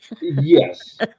yes